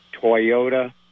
Toyota